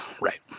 right